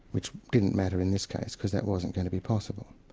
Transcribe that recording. which didn't matter in this case because that wasn't going to be possible.